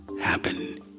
happen